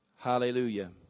Hallelujah